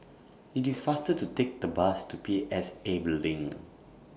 IT IS faster to Take The Bus to P S A Building